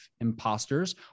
imposters